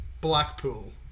Blackpool